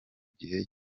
gihe